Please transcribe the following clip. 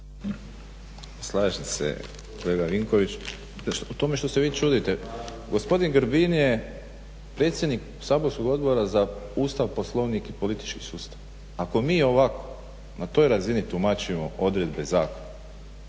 Slažem se kolega Vinković. O tome što se vi čudite, gospodin Grbin je predsjednik saborskog Odbora za Ustav, Poslovnik i politički sustav, ako mi ovako na toj razini tumačimo odredbe zakona